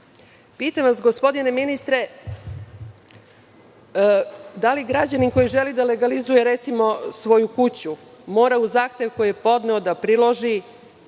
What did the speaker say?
vas, gospodine ministre, da li građanin koji želi da legalizuje recimo svoju kuću, mora uz zahtev koji je podneo da priloži,